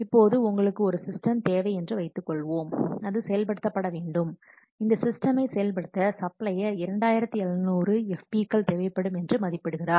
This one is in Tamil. இப்போது உங்களுக்கு ஒரு சிஸ்டம் தேவை என்று வைத்துக்கொள்வோம் அது செயல்படுத்தப்பட வேண்டும் இந்த சிஸ்டமை செயல்படுத்த சப்ளையர் 2700 FP கள் தேவைப்படும் என்று மதிப்பிடுகிறார்